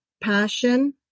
passion